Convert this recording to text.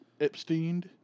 Epstein